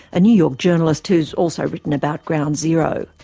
a new york journalist who's also written about ground zero.